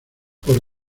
por